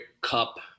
Cup